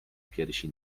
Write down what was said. piersi